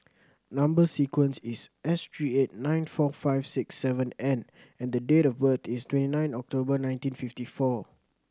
number sequence is S three eight nine four five six seven N and the date of birth is twenty nine October nineteen fifty four